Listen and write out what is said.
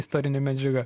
istorinė medžiaga